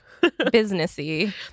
businessy